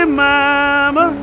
mama